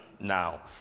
now